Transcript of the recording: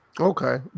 Okay